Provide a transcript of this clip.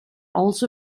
also